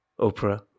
Oprah